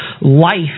life